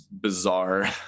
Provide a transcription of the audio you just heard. Bizarre